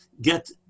get